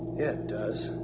it does.